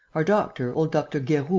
our doctor, old dr. gueroult,